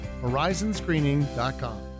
Horizonscreening.com